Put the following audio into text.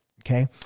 Okay